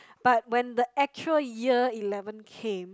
but when the actual year eleven came